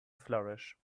flourish